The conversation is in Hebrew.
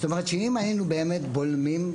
זאת אומרת, שאם היינו באמת בולמים,